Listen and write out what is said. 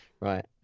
Right